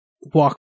walk